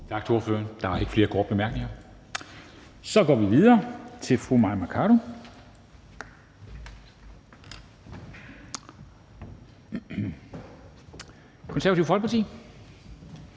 Tak til ordføreren. Der er ikke flere korte bemærkninger. Så går vi videre til fru Mai Mercado, Det Konservative Folkeparti.